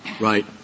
right